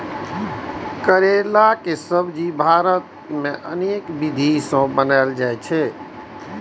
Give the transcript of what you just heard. करैलाक सब्जी भारत मे अनेक विधि सं बनाएल जाइ छै